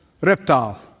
reptile